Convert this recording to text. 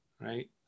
right